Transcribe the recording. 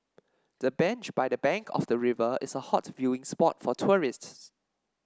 the bench by the bank of the river is a hot viewing spot for tourists